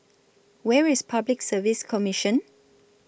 Where IS Public Service Commission